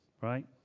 right